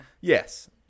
Yes